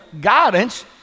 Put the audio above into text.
guidance